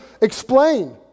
explain